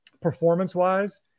performance-wise